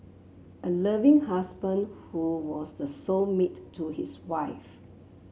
a loving husband who was the soul mate to his wife